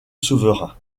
souverains